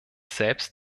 selbst